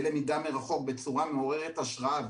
בלמידה מרחוק בצורה מעוררת השראה.